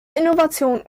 innovation